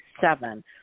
seven